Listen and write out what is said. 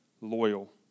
loyal